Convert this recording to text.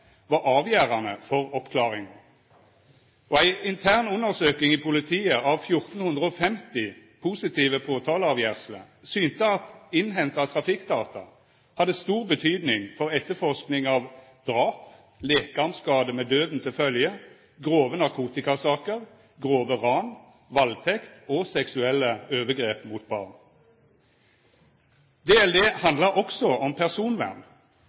var avgjerande for oppklaring. Ei intern undersøking i politiet av 1 450 positive påtaleavgjersler synte at innhenta trafikkdata hadde stor betyding for etterforskinga av drap, lekamskade med døden til følgje, grove narkotikasaker, grove ran, valdtekt og seksuelle overgrep mot barn. DLD handlar også om personvern.